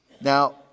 now